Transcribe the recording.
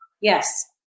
Yes